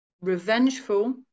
Revengeful